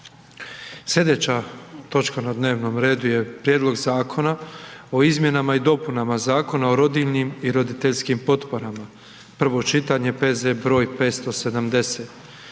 **Jandroković, Gordan (HDZ)** Prijedlog Zakona o izmjenama i dopunama Zakona o rodiljnim i roditeljskim potporama, prvo čitanje, P.Z. broj 570.